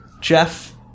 Jeff